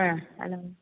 ആ ഹലോ